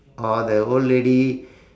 or the old lady